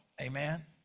amen